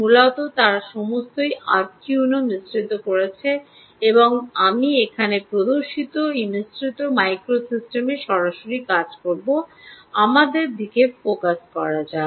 মূলত তারা সমস্তই আর্কুইনো মিশ্রিত করেছে যা আমি এখানে প্রদর্শিত এই মিশ্রিত মাইক্রো সিস্টেমে সরাসরি কাজ করবে আমাদের ফিরে ফোকাস করা যাক